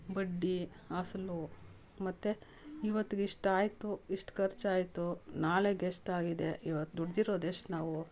ಬಡ್ಡಿ ಅಸಲು ಮತ್ತೆ ಇವತ್ತಿಗಿಷ್ಟಾಯಿತು ಇಷ್ಟು ಕರ್ಚಾಯಿತು ನಾಳೆಗೆ ಎಷ್ಟಾಗಿದೆ ಇವತ್ತು ದುಡಿದಿರೋದೆಷ್ಟು ನಾವು